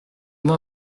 moi